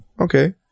Okay